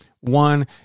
One